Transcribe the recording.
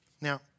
Now